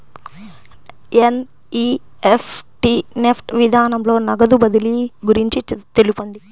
NEFT NEFT విధానంలో నగదు బదిలీ గురించి తెలుపండి?